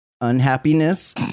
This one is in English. unhappiness